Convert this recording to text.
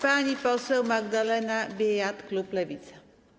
Pani poseł Magdalena Biejat, klub Lewica.